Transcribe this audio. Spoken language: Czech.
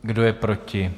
Kdo je proti?